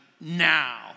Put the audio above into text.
now